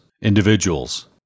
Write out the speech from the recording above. individuals